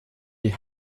wert